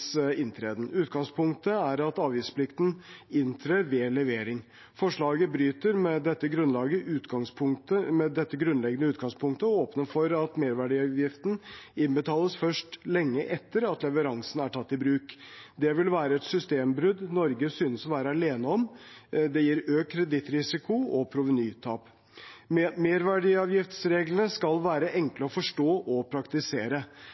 inntreden. Utgangspunktet er at avgiftsplikten inntrer ved levering. Forslaget bryter med dette grunnleggende utgangspunktet og åpner for at merverdiavgiften innbetales først lenge etter at leveransen er tatt i bruk. Det vil være et systembrudd Norge synes å være alene om. Det gir økt kredittrisiko og provenytap. Merverdiavgiftsreglene skal være enkle å forstå og praktisere.